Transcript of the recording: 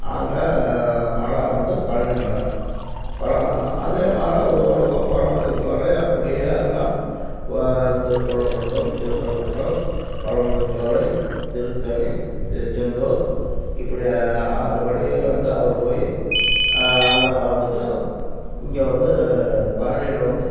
ஆண்ட மலை வந்து பழனி மலை அதேமாரி ஒவ்வொரு பக்கம் பழமுதிர்ச்சோலை அப்படியே எல்லாம் திருப்பரம்குன்றம் திருப்பரம்குன்றம் பழமுதிர்ச்சோலை திருத்தணி திருச்செந்தூர் இப்படி ஆறுபடையில் இருந்து அவரு போய் நல்லா பார்த்துட்டு இங்கே வந்து பழனியில் வந்து